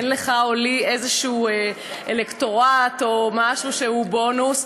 אין לך או לי איזה אלקטורט או משהו שהוא בונוס.